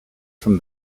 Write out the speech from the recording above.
from